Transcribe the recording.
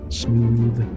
smooth